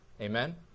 Amen